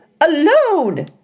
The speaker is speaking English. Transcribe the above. alone